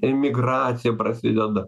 imigracija prasideda